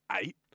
eight